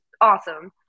awesome